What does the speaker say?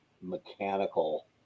mechanical